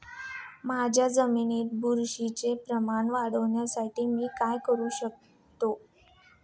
माझ्या जमिनीत बुरशीचे प्रमाण वाढवण्यासाठी मी काय करू शकतो?